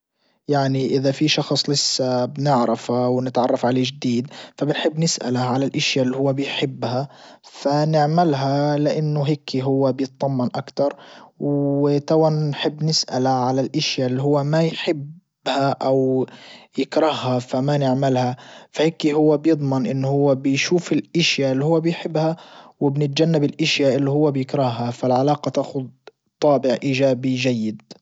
يعني اذا في شخص لسا بنعرفه ونتعرف عليه جديد. فبنحب نسأله على الاشيا اللي هو بيحبها فنعملها لانه هيكي هو بيتطمن اكتر وتوا بنحب نسأل على الاشيا اللي هو ما يحبها او يكرهها فما نعملها فهيكي هو بيضمن ان هو بيشوف الاشياء اللي هو بيحبها وبنتجنب الاشيا اللي هو بيكرهها فالعلاقة تاخد طابع ايجابي جيد.